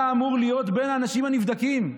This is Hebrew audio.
אתה אמור להיות בין האנשים הנבדקים.